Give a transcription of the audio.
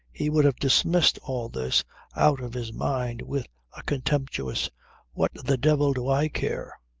he would have dismissed all this out of his mind with a contemptuous what the devil do i care